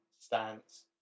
stance